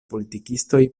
politikistoj